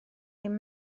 ddim